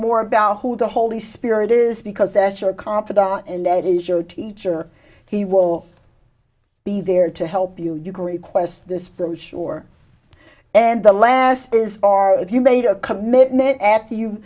more about who the holy spirit is because that your confidant and lead is your teacher he will be there to help you you can request this for sure and the last is if you made a commitment at the you